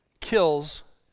kills